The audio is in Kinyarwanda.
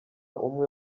umwe